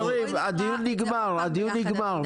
חברים, הדיון נגמר, הדיון נגמר.